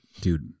dude